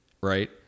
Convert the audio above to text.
right